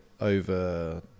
over